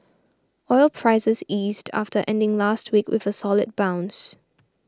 oil prices eased after ending last week with a solid bounce